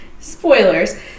spoilers